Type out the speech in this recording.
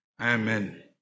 Amen